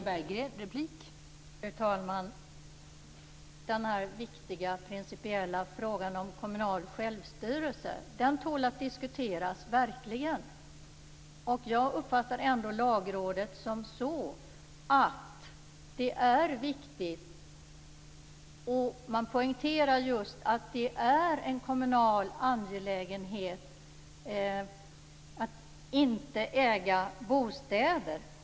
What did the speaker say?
Fru talman! Denna viktiga principiella fråga om kommunal självstyrelse tål verkligen att diskuteras. Och jag uppfattar ändå Lagrådet på ett sådant sätt att det är viktigt, vilket man poängterar, att det är en kommunal angelägenhet att inte äga bostäder.